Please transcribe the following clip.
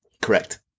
Correct